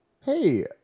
Hey